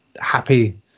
happy